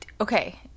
Okay